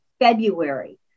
February